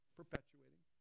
perpetuating